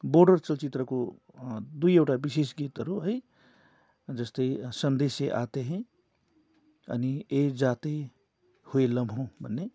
border चलचित्रको दुईवटा विशेष गीतहरू है जस्तै संदेशे आते है अनि ए जाते हुए लम्हो भन्ने